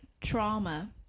trauma